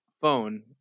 phone